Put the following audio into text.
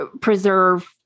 preserve